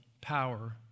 power